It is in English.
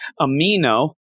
Amino